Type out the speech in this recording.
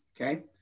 Okay